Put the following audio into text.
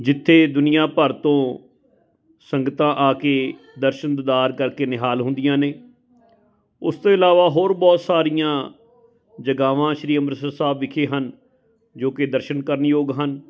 ਜਿਥੇ ਦੁਨੀਆਂ ਭਰ ਤੋਂ ਸੰਗਤਾਂ ਆ ਕੇ ਦਰਸ਼ਨ ਦੀਦਾਰ ਕਰਕੇ ਨਿਹਾਲ ਹੁੰਦੀਆਂ ਨੇ ਉਸ ਤੋਂ ਇਲਾਵਾ ਹੋਰ ਬਹੁਤ ਸਾਰੀਆਂ ਜਗਾਵਾਂ ਸ਼੍ਰੀ ਅੰਮ੍ਰਿਤਸਰ ਸਾਹਿਬ ਵਿਖੇ ਹਨ ਜੋ ਕਿ ਦਰਸ਼ਨ ਕਰਨ ਯੋਗ ਹਨ